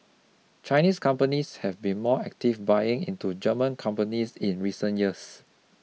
Chinese companies have been more active buying into German companies in recent years